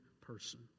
person